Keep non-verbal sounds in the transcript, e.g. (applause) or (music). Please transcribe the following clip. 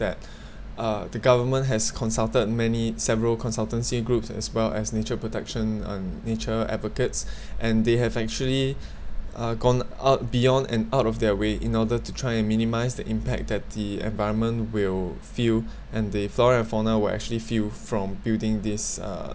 that (breath) uh the government has consulted many several consultancy groups as well as nature protection and nature advocates (breath) and they have actually (breath) uh gone up beyond and out of their way in order to try and minimise the impact that the environment will feel and (breath) the flora and fauna will actually feel from building this uh